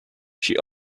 she